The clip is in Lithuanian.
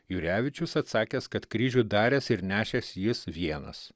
jurevičius atsakęs kad kryžių daręs ir nešęs jis vienas